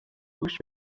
گوش